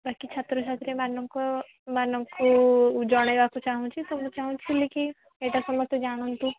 ବାକି ଛାତ୍ର ଛାତ୍ରୀମାନଙ୍କୁ ମାନଙ୍କୁ ଜଣାଇବାକୁ ଚାହୁଁଛି ତ ମୁଁ ଚାହୁଁଥିଲି କି ଏଇଟା ସମସ୍ତେ ଜାଣନ୍ତୁ